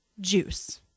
Juice